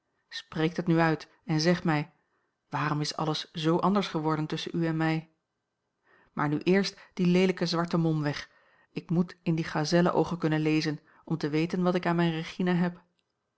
het nu uit en zeg mij waarom is alles zoo anders geworden tusschen u en mij maar nu eerst die leelijke zwarte mom weg ik moet in die gazellenoogen kunnen lezen om te weten wat ik aan mijne regina heb